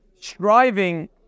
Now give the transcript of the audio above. striving